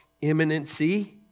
imminency